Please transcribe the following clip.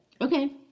okay